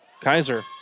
Kaiser